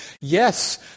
Yes